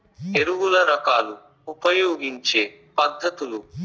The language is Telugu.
ఎరువుల రకాలు ఉపయోగించే పద్ధతులు?